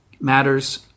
matters